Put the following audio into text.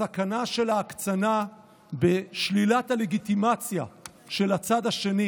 הסכנה של הקצנה בשלילת הלגיטימציה של הצד השני